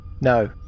No